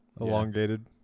Elongated